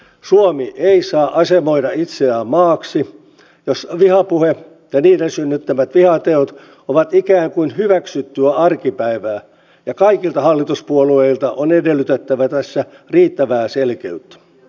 suomi ei saa asemoida itseään maaksi jossa vihapuhe ja sen synnyttämät vihateot ovat ikään kuin hyväksyttyä arkipäivää ja kaikilta hallituspuolueilta on edellytettävä tässä riittävää selkeyttä